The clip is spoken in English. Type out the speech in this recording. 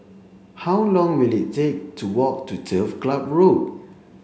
how long will it take to walk to Turf Club Road